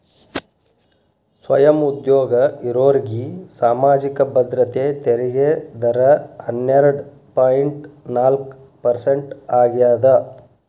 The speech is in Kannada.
ಸ್ವಯಂ ಉದ್ಯೋಗ ಇರೋರ್ಗಿ ಸಾಮಾಜಿಕ ಭದ್ರತೆ ತೆರಿಗೆ ದರ ಹನ್ನೆರಡ್ ಪಾಯಿಂಟ್ ನಾಲ್ಕ್ ಪರ್ಸೆಂಟ್ ಆಗ್ಯಾದ